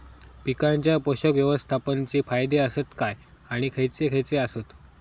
पीकांच्या पोषक व्यवस्थापन चे फायदे आसत काय आणि खैयचे खैयचे आसत?